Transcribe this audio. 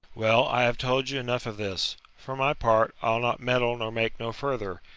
well, i have told you enough of this for my part, i'll not meddle nor make no farther.